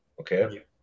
Okay